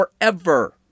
forever